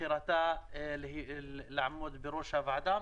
כך שהיא נבחרה לעמוד בראש הוועדה,